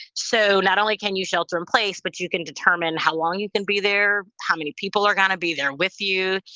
so not only can you shelter in place, but you can determine how long you can be there, how many people are gonna be there with you.